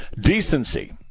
decency